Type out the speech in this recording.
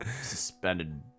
suspended